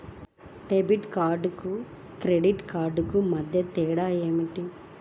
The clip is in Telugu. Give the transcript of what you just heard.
డెబిట్ కార్డుకు క్రెడిట్ కార్డుకు మధ్య తేడా ఏమిటీ?